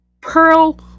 Pearl